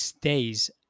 days